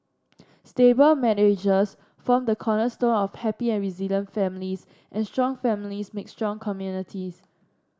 stable marriages form the cornerstone of happy and resilient families and strong families make strong communities